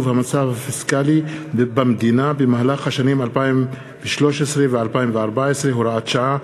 המצב הפיסקלי במדינה במהלך השנים 2013 ו-2014 (הוראת שעה),